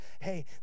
Hey